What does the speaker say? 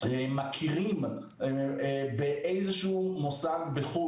מכירים באיזשהו מוסד בחו"ל.